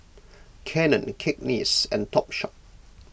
Canon Cakenis and Topshop